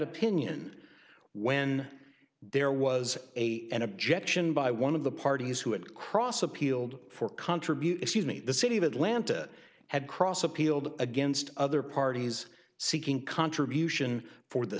opinion when there was a an objection by one of the parties who had cross appealed for contributions made the city of atlanta had cross appealed against other parties seeking contribution for the